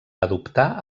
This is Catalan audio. adoptar